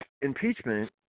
impeachment